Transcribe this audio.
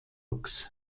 rocks